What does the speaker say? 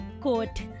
quote